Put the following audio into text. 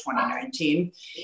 2019